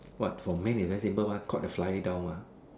what for man it's very simple one caught a fly down mah